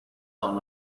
son